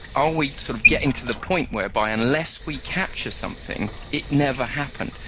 are we sort of getting to the point whereby unless we capture something it never happened?